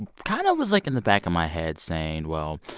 and kind of was, like, in the back of my head saying, well,